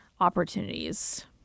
opportunities